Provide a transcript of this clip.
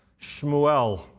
Shmuel